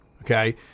Okay